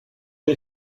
les